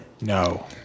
No